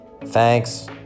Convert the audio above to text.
Thanks